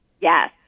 Yes